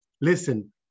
Listen